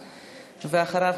ואחריו,